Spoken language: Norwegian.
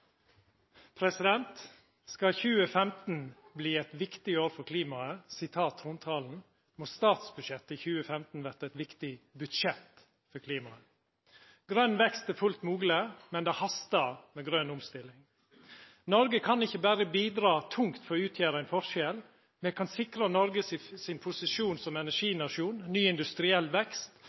Skal 2015 verta eit viktig år for klimaet, slik det står i trontalen, må statsbudsjettet i 2015 verta eit viktig budsjett for klimaet. Grøn vekst er fullt mogleg, men det hastar med grøn omstilling. Noreg kan ikkje berre bidra tungt for å utgjera ein forskjell. Me kan sikra Noregs posisjon som energinasjon, ny industriell vekst